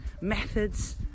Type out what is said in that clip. methods